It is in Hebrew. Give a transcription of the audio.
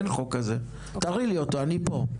אין חוק כזה, תראי לי אותו, אני פה.